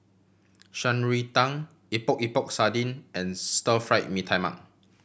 Shan Rui Tang Epok Epok Sardin and Stir Fried Mee Tai Mak